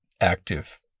active